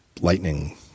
Lightning